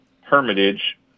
Hermitage